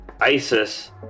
ISIS